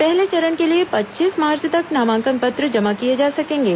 पहले चरण के लिए पच्चीस मार्च तक नामांकन पत्र जमा किए जा सकेंगे